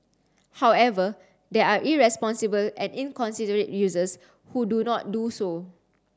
however there are irresponsible and inconsiderate users who do not do so